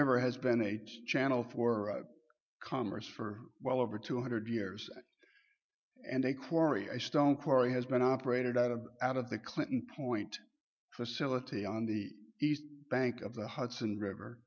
river has been a channel for commerce for well over two hundred years and a quarry i stone quarry has been operated out of out of the clinton point facility on the east bank of the hudson river